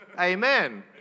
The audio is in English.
Amen